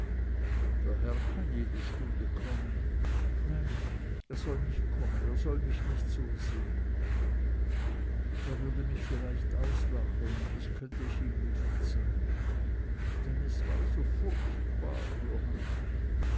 der herr kann jede stunde kommen nein er soll nicht kommen er soll mich nicht so sehen er würde mich vielleicht auslachen und das könnt ich ihm nie verzeihen denn es war so furchtbar johanna